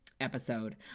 episode